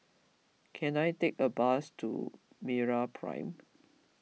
can I take a bus to MeraPrime